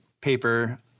paper